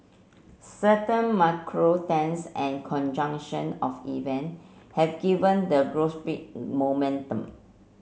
certain macro trends and conjunction of event have given the gossip momentum